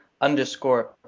underscore